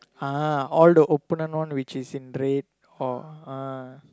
ah all the opponent one which is in red or ah